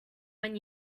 when